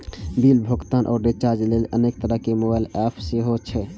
bill भुगतान आ recharge लेल अनेक तरहक मोबाइल एप सेहो छै